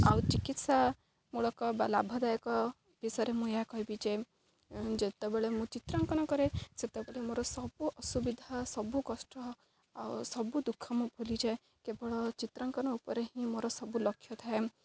ଆଉ ଚିକିତ୍ସାମୂଳକ ବା ଲାଭଦାୟକ ବିଷୟରେ ମୁଁ ଏହା କହିବି ଯେ ଯେତେବେଳେ ମୁଁ ଚିତ୍ରାଙ୍କନ କରେ ସେତେବେଳେ ମୋର ସବୁ ଅସୁବିଧା ସବୁ କଷ୍ଟ ଆଉ ସବୁ ଦୁଃଖ ମୁଁ ଭୁଲିଯାଏ କେବଳ ଚିତ୍ରାଙ୍କନ ଉପରେ ହିଁ ମୋର ସବୁ ଲକ୍ଷ୍ୟ ଥାଏ